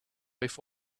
i’ve